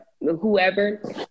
whoever